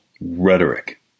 rhetoric